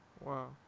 Wow